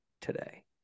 today